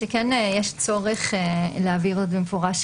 שכן יש צורך להבהיר את זה במפורש,